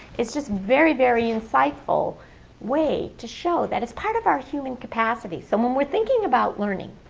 it's just very, very insightful way to show that it's part of our human capacity. so when we're thinking about learning,